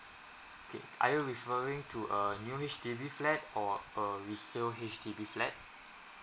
okay are you referring to a new H_D_B flat or a resale H_D_B flat